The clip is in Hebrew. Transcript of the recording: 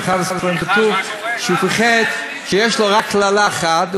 באחד הספרים כתוב שייתכן שיש לו רק קללה אחת,